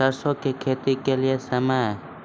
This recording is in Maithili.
सरसों की खेती के लिए समय?